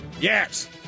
Yes